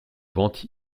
vente